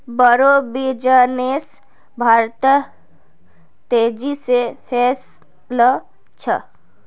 बोड़ो बिजनेस भारतत तेजी से फैल छ